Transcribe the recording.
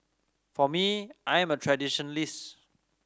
for me I am a traditionalist